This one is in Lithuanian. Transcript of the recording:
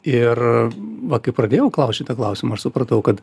ir va kai pradėjau klaust šito klausimo aš supratau kad